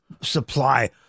supply